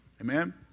Amen